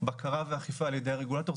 בקרה ואכיפה על ידי הרגולטור,